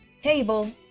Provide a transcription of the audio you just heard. table